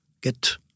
get